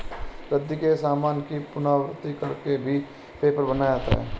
रद्दी के सामान की पुनरावृति कर के भी पेपर बनाया जाता है